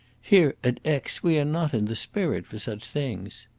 here, at aix, we are not in the spirit for such things.